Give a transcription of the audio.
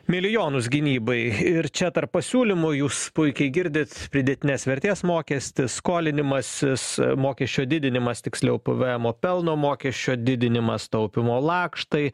milijonus gynybai ir čia tarp pasiūlymų jūs puikiai girdit pridėtinės vertės mokestį skolinimasis mokesčio didinimas tiksliau pvemo pelno mokesčio didinimas taupymo lakštai